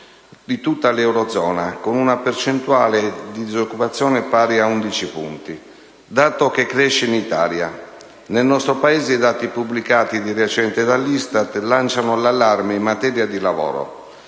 di tutta l'eurozona, con una percentuale di disoccupazione pari ad 11 punti, dato che cresce in Italia. Nel nostro Paese, i dati pubblicati di recente dall'ISTAT lanciano l'allarme in materia di lavoro: